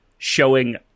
showing